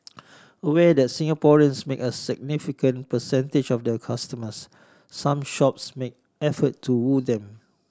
aware that Singaporeans make a significant percentage of their customers some shops make effort to woo them